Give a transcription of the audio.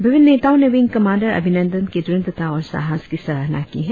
विभिन्न नेताओ ने विंग कमांडर अभिनंदन की दृढ़ता और साहस की सराहना की है